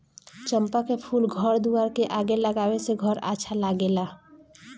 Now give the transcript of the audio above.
चंपा के फूल घर दुआर के आगे लगावे से घर अच्छा लागेला